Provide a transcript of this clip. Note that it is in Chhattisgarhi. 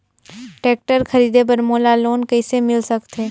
टेक्टर खरीदे बर मोला लोन कइसे मिल सकथे?